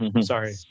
sorry